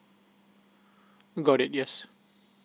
got it yes